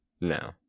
No